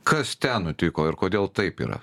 kas ten nutiko ir kodėl taip yra